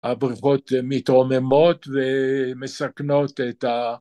‫הבריכות מתרוממות ומסכנות את ה...